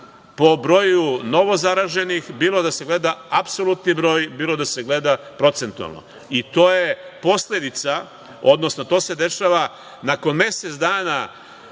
po broju novozaraženih, bilo da se gleda apsolutni broj, bilo da se gleda procentualno i to je posledica, odnosno to se dešava nakon mesec dana